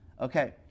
Okay